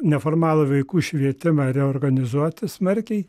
neformalų vaikų švietimą reorganizuoti smarkiai